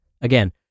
Again